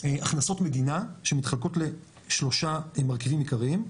הכנסות מדינה שמתחלקות לשלושה מרכיבים עיקריים,